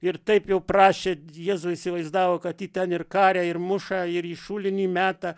ir taip jau prašė jėzų įsivaizdavo kad jį ten ir karė ir muša ir į šulinį meta